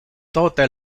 tote